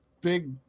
big